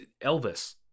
Elvis